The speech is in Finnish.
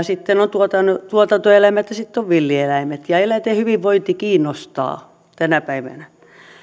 sitten on tuotantoeläimet ja sitten on villieläimet ja eläinten hyvinvointi kiinnostaa tänä päivänä